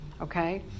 okay